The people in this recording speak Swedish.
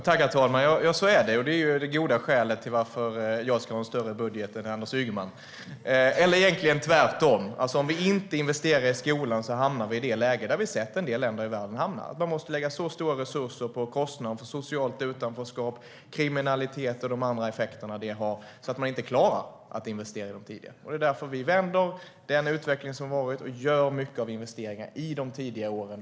Herr talman! Ja, så är det. Det är det goda skälet till att jag ska ha en större budget än Anders Ygeman, eller egentligen tvärtom. Det betyder alltså att om vi inte investerar i skolan hamnar vi i det läge som vi har sett att en del länder i världen har hamnat i, alltså att man måste lägga så stora resurser på kostnader för socialt utanförskap, kriminalitet och de andra effekter som detta har att man inte klarar att investera i barnen tidigare. Det är därför som vi vänder den utveckling som har varit och gör många investeringar i de tidiga åren.